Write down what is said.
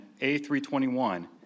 A321